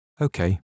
okay